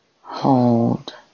hold